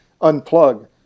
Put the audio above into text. unplug